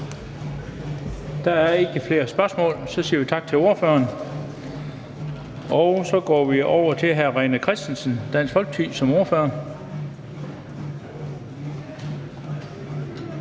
Der er ikke flere spørgsmål. Så siger vi tak til ordføreren, og vi går over til hr. René Christensen, Dansk Folkeparti, som ordfører.